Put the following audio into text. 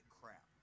crap